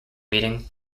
meeting